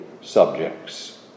subjects